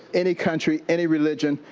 any country, any religion,